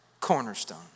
cornerstone